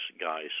guys